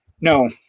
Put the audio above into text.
No